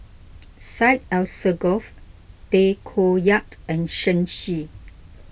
Syed Alsagoff Tay Koh Yat and Shen Xi